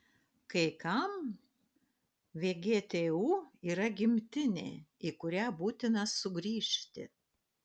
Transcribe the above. kai kam vgtu yra gimtinė į kurią būtina sugrįžti